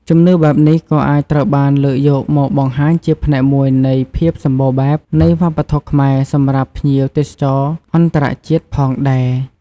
ជំនឿបែបនេះក៏អាចត្រូវបានលើកយកមកបង្ហាញជាផ្នែកមួយនៃភាពសម្បូរបែបនៃវប្បធម៌ខ្មែរសម្រាប់ភ្ញៀវទេសចរអន្តរជាតិផងដែរ។